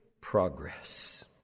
progress